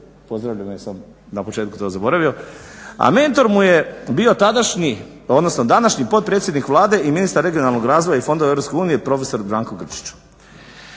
pozdravljam jer sam na početku to zaboravio, a mentor mu je bio današnji potpredsjednik Vlade i ministar regionalnog razvoja i fondova EU prof. Branko Grčić.